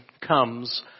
comes